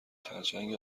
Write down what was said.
خرچنگ